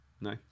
No